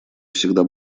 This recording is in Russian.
всегда